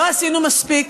לא עשינו מספיק,